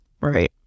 Right